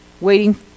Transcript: waiting